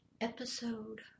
episode